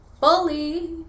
fully